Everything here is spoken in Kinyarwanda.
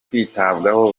kwitabwaho